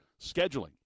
scheduling